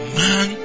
man